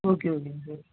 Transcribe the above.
okay ஓகேங்க sir